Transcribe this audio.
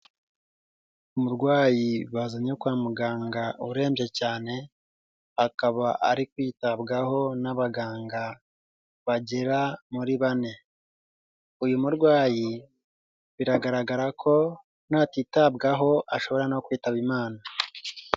Umurwayi bazanye kwa muganga urembye cyane, akaba ari kwitabwaho n'abaganga, bagera muri bane. Uyu murwayi biragaragara ko natitabwaho ashobora no kwitaba imana.